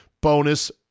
bonus